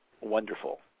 wonderful